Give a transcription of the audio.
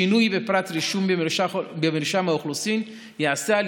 שינוי בפרט רישום במרשם האוכלוסין ייעשה על